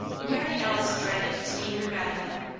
mary alice dreaded to meet her godmother.